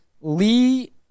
Lee